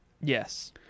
Yes